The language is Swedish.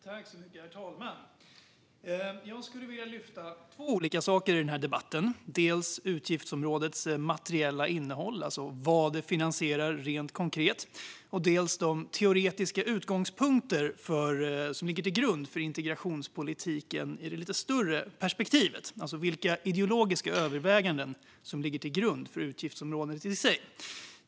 Herr talman! Jag vill i debatten lyfta upp två olika saker. Det gäller dels utgiftsområdets materiella innehåll, det vill säga vad det rent konkret finansierar, dels de teoretiska utgångspunkter som ligger till grund för integrationspolitiken i det större perspektivet, det vill säga vilka ideologiska överväganden som ligger till grund för utgiftsområdet i sig.